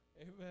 amen